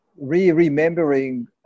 re-remembering